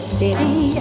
city